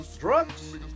Drugs